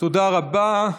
תודה רבה.